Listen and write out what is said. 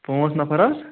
پانژھ نَفَر حظ